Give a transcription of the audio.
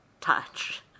touch